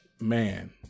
man